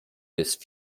jest